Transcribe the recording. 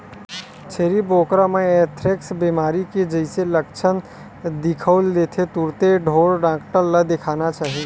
छेरी बोकरा म एंथ्रेक्स बेमारी के जइसे लक्छन दिखउल देथे तुरते ढ़ोर डॉक्टर ल देखाना चाही